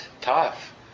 tough